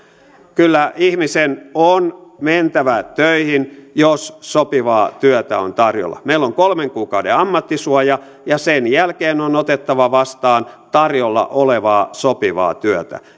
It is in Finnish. kyllä ihmisen on mentävä töihin jos sopivaa työtä on tarjolla meillä on kolmen kuukauden ammattisuoja ja sen jälkeen on otettava vastaan tarjolla olevaa sopivaa työtä